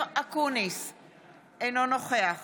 אינו נוכח